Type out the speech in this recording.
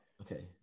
Okay